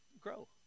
grow